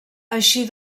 així